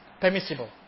permissible